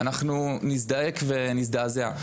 נזדעק ונזדעזע.